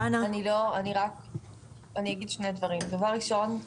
אני אגיד שני דברים: ראשית,